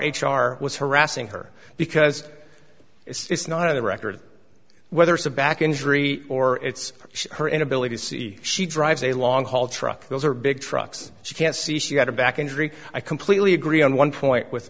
r was harassing her because it's not on the record whether it's a back injury or it's her inability to see she drives a long haul truck those are big trucks she can't see she had a back injury i completely agree on one point with